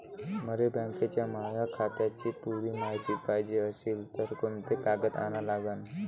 मले बँकेच्या माया खात्याची पुरी मायती पायजे अशील तर कुंते कागद अन लागन?